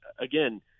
again